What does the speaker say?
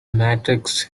matrix